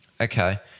Okay